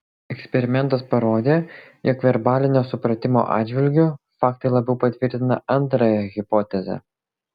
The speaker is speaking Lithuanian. eksperimentas parodė jog verbalinio supratimo atžvilgiu faktai labiau patvirtina antrąją hipotezę